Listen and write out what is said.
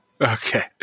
Okay